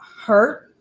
hurt